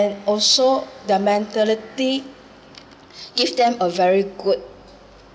also their mentality give them a very good